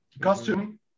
costume